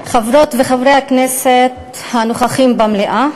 חברות וחברי הכנסת הנוכחים במליאה,